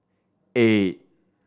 eight